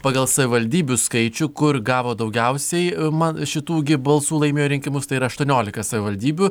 pagal savivaldybių skaičių kur gavo daugiausiai man šitų gi balsų laimėjo rinkimus tai yra aštuoniolika savivaldybių